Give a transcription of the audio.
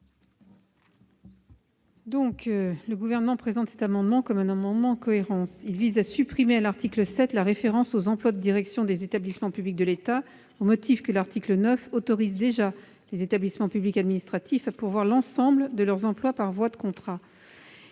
que le Gouvernement présente comme un amendement de cohérence, vise à supprimer, à l'article 7, la référence aux emplois de direction des établissements publics de l'État, au motif que l'article 9 autorise déjà les établissements publics administratifs à pourvoir l'ensemble de leurs emplois par voie de contrat.